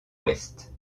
ouest